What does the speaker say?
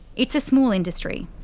it's a small industry.